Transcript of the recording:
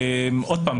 שוב,